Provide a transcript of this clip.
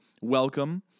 welcome